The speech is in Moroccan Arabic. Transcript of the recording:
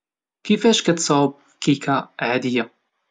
كيفاش كتصاوب كيكا عادية؟